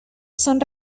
son